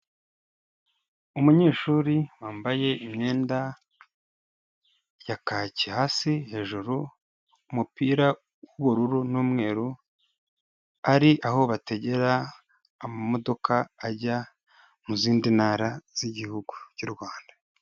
Umunyeshuri wambaye imyenda ya kaki hasi, hejuru umupira w'ubururu n'umweru, ari aho bategera amamodoka ajya mu zindi ntara z'igihugu cy'u Rwanda.